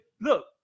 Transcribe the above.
look